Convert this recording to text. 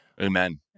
Amen